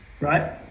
Right